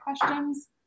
questions